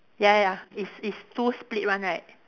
ya ya ya it's it's two split one right